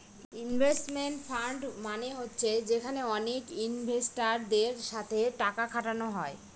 investment fund মানে হচ্ছে যেখানে অনেক ইনভেস্টারদের সাথে টাকা খাটানো হয়